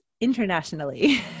internationally